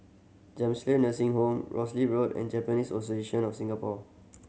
Jamiyah Nursing Home Rosyth Road and Japanese Association of Singapore